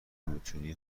میتونی